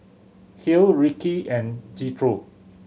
Hale Ricki and Jethro